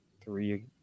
three